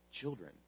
children